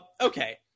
Okay